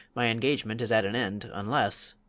my engagement is at an end unless.